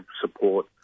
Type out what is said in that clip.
support